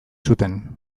zuten